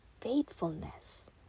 faithfulness